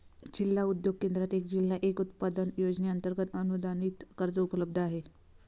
जिल्हा उद्योग केंद्रात एक जिल्हा एक उत्पादन योजनेअंतर्गत अनुदानित कर्ज उपलब्ध आहे